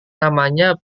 namanya